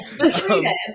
Okay